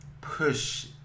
push